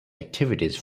activities